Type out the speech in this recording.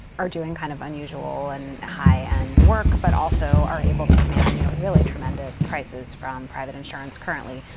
are doing kind of unusual and high end work. but also are able to command you know really tremendous prices from private insurance currently.